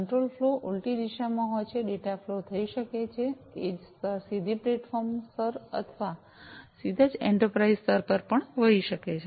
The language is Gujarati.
કંટ્રોલ ફ્લો ઉલટી દિશામાં હોય છે ડેટા ફ્લો થઈ શકે છે એડ્જ સ્તર સીધી પ્લેટફોર્મ સ્તર પર અથવા સીધા જ એન્ટરપ્રાઇઝ સ્તર પર પણ વહી શકે છે